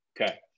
okay